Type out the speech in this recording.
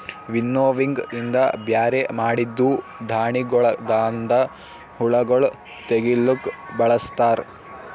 winnowing ಇಂದ ಬ್ಯಾರೆ ಮಾಡಿದ್ದೂ ಧಾಣಿಗೊಳದಾಂದ ಹುಳಗೊಳ್ ತೆಗಿಲುಕ್ ಬಳಸ್ತಾರ್